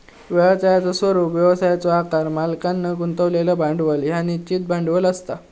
व्यवसायाचो स्वरूप, व्यवसायाचो आकार, मालकांन गुंतवलेला भांडवल ह्या निश्चित भांडवल असा